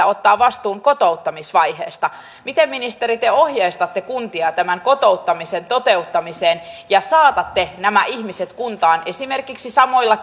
ottaa vastuun kotouttamisvaiheesta miten ministeri te ohjeistatte kuntia tämän kotouttamisen toteuttamiseen ja saatatte nämä ihmiset kuntaan esimerkiksi samoilla